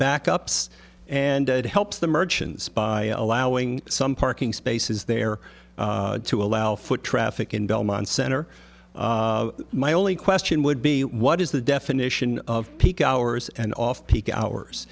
backups and it helps the merchants by allowing some parking spaces there to allow foot traffic in belmont center my only question would be what is the definition of peak hours and off peak hours